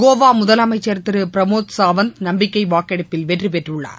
கோவா முதலமைச்சர் திரு பிரமோத் சாவந்த் நம்பிக்கை வாக்கெடுப்பில் வெற்றி பெற்றுள்ளார்